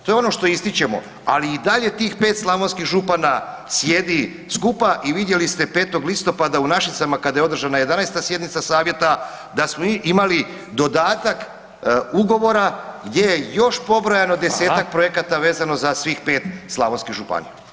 To je ono što ističemo, ali i dalje tih 5 slavonskih župana sjedi skupa i vidjeli ste 5. listopada u Našicama kada je održana 11. sjednica savjeta da smo mi imali dodatak ugovora gdje je još pobrojano 10-tak projekata [[Upadica: Hvala.]] vezano za svih 5 slavonskih županija.